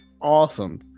Awesome